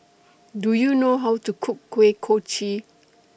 Do YOU know How to Cook Kuih Kochi